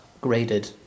graded